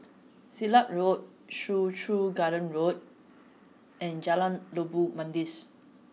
Silat Road Soo Chow Garden Road and Jalan Labu Manis